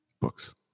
Books